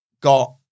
got